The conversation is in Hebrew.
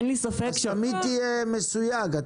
תמיד תהיה מסויג.